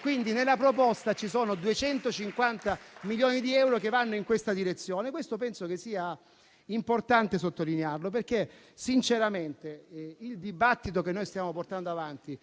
Quindi nella proposta ci sono 250 milioni di euro che vanno in questa direzione. Penso sia importante sottolineare questo aspetto, perché sinceramente il dibattito che stiamo portando avanti